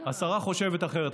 השרה חושבת אחרת?